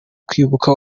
kwibuka